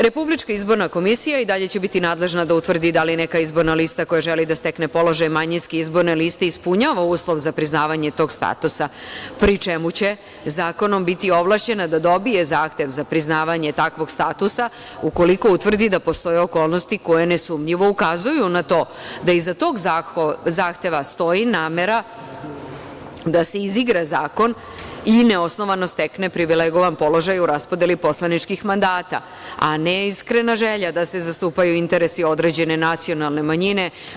Republička izborna komisija i dalje će biti nadležna da utvrdi da li neka izborna lista koja želi da stekne položaj manjinske izborne liste ispunjava uslov za priznavanje tog statusa, pri čemu će zakonom biti ovlašćena da dobije zahtev za priznavanje takvog statusa, ukoliko utvrdi da postoje okolnosti koje nesumnjivo ukazuju na to da iza tog zahteva stoji namera da se izigra zakon i neosnovano stekne privilegovan položaj u raspodeli poslaničkih mandata, a ne iskrena želja da se zastupaju interesi određene nacionalne manjine.